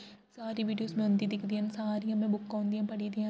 सारी वीडियोस में उं'दी दिक्खदी आं सारियां में बुक्कां उं'दियां पढ़ी दियां न